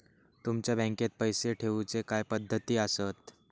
तुमच्या बँकेत पैसे ठेऊचे काय पद्धती आसत?